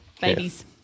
babies